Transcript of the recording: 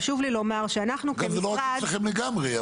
חשוב לי לומר -- זה לא רק אצלכם לגמרי,